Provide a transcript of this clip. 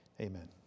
amen